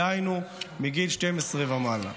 דהיינו מגיל 12 ומעלה.